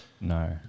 No